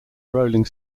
rolling